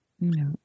no